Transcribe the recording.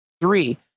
Three